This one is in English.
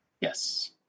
Yes